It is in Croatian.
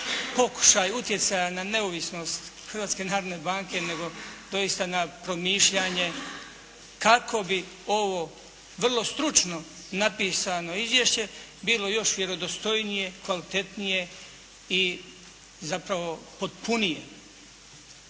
pokušaj utjecaja na neovisnost Hrvatske narodne banke, nego doista na promišljanje kako bi ovo vrlo stručno napisano Izvješće bilo još vjerodostojnije, kvalitetnije i zapravo potpunije.